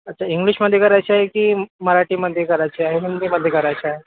अच्छा इंग्लिशमध्ये करायचं आहे की मराठीमध्ये करायचं आहे हिंदीमध्ये करायचं आहे